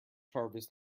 harvest